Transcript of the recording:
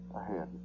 ahead